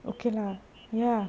but okay lah ya